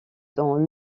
dans